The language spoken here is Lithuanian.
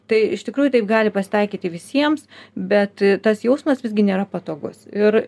tai iš tikrųjų taip gali pasitaikyti visiems bet tas jausmas visgi nėra patogus ir